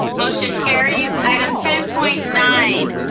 motion carries. item ten point nine,